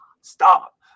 stop